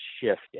shift